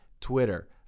Twitter